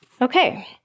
Okay